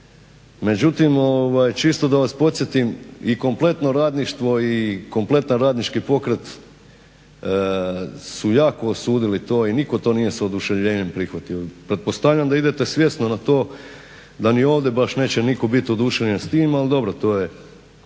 Međutim čisto da vas podsjetim, i kompletno radništvo i kompletan radnički pokret su jako osudili to i nitko to nije s oduševljenjem prihvatio. Pretpostavljam da idete svjesno na to da ni ovdje baš neće nitko bit oduševljen s tim, ali dobro to je